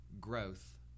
growth